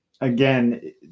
again